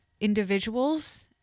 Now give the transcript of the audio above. individuals